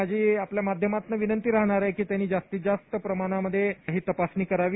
माझी आपल्या माध्यमातून विनंती राहणार आहे की त्यांनी जास्तीत जास्त प्रमाणामध्ये ही तपासणी करावी